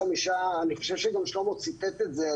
אני חושב שגם שלמה ציטט את זה.